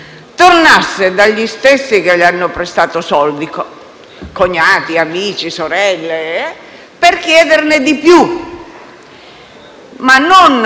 tornasse da coloro che già le hanno prestato soldi - cognati, amici, sorelle - per chiederne di più, ma non